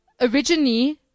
originally